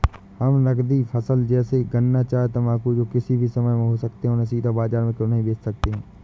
हम नगदी फसल जैसे गन्ना चाय तंबाकू जो किसी भी समय में हो सकते हैं उन्हें सीधा बाजार में क्यो नहीं बेच सकते हैं?